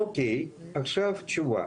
אוקיי, עכשיו תשובה.